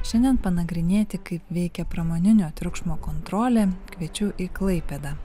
šiandien panagrinėti kaip veikia pramoninio triukšmo kontrolė kviečiu į klaipėdą